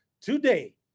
today